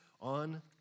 on